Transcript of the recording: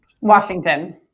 Washington